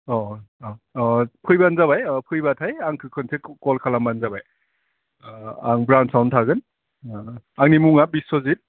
अह अह अह फैबानो जाबाय फैबाथाइ आंखौ खनसे खल खालामबानो जाबाय आं ब्रान्सआवनो थागोन आंनि मुङा बिस्वजित